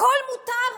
הכול מותר?